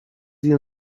you